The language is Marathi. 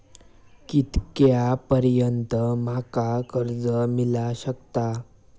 कितक्या पर्यंत माका कर्ज मिला शकता?